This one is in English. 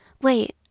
Wait